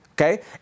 okay